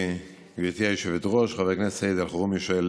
גברתי היושבת-ראש, חבר הכנסת סעיד אלחרומי שואל